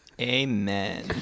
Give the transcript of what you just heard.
Amen